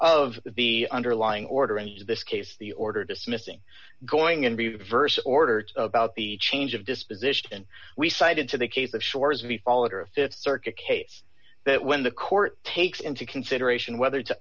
of the underlying order in this case the order dismissing going in reverse order to about the change of disposition we cited to the case the shores we followed are a th circuit case that when the court takes into consideration whether to